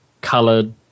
colored